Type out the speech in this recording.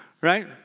right